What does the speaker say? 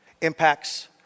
impacts